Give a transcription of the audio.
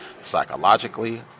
psychologically